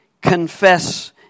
confess